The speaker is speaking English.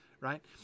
right